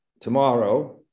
tomorrow